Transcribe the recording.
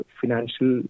financial